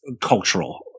cultural